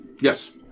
Yes